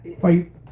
fight